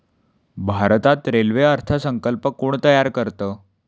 भारतात रेल्वे अर्थ संकल्प कोण तयार करतं?